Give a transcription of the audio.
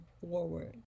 forward